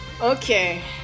Okay